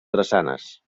drassanes